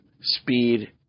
speed